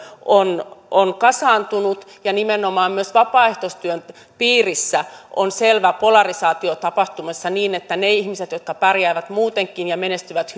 on on kasaantunut ja nimenomaan myös vapaaehtoistyön piirissä on selvä polarisaatio tapahtumassa niin että ne ihmiset jotka pärjäävät muutenkin ja menestyvät